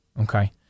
Okay